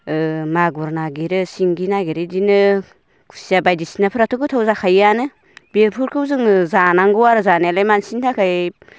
मागुर नागिरो सिंगि नागिरो बिदिनो खुसिया बायदिसिनाफ्राथ' गोथाव जाखायोयानो बेफोरखौ जोङो जानांगौ आरो जानायालाय मानसिनि थाखाय